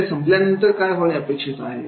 खेळ संपल्यानंतर काय होणे अपेक्षित आहे